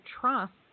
trust